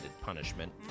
punishment